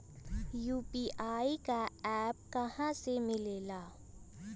UPI का app कहा से मिलेला?